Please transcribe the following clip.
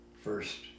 first